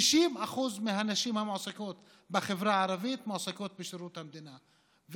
60% מהנשים המועסקות בחברה הערבית מועסקות בשירות המדינה,